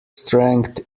strength